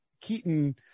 Keaton